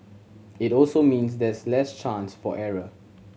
it also means there's less chance for error